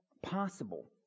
possible